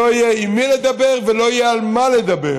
שלא יהיה עם מי לדבר ולא יהיה על מה לדבר.